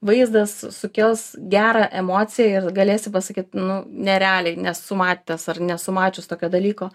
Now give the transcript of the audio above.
vaizdas sukels gerą emociją ir galėsi pasakyt nu nerealiai nesu matęs ar nesu mačius tokio dalyko